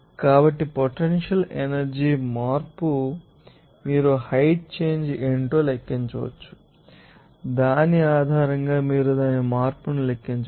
కాబట్టి potential energy మార్పు మీరు హైట్ చేంజ్ ఏమిటో లెక్కించవచ్చు దాని ఆధారంగా మీరు దాని మార్పును లెక్కించవచ్చు